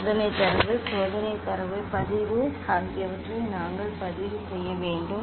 சோதனை தரவு சோதனை தரவு பதிவு ஆகியவற்றை நாங்கள் பதிவு செய்ய வேண்டும்